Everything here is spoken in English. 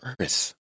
earth